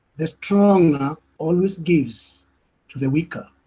the stronger always gives to the weaker.